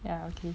ya okay